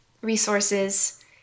resources